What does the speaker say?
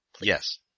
Yes